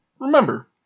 remember